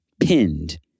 pinned